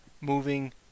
moving